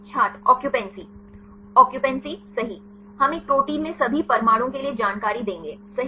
छात्र occupancy occupancy सही हम एक प्रोटीन में सभी परमाणुओं के लिए जानकारी देंगे सही